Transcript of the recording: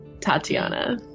Tatiana